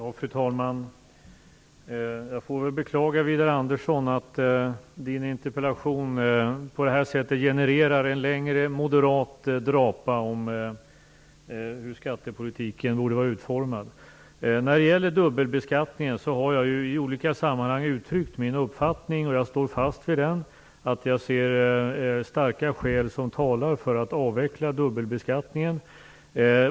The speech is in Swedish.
Fru talman! Jag får beklaga att Widar Anderssons interpellation på det här sättet genererar en längre moderat drapa om hur skattepolitiken borde vara utformad. När det gäller dubbelbeskattningen har jag i olika sammanhang uttryckt min uppfattning, som jag står fast vid: Jag ser starka skäl som talar för att avveckla dubbelbeskattningen.